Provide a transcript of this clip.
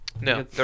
no